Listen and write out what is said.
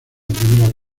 primera